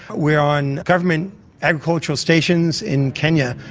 we're on government agricultural stations in kenya,